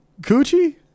Coochie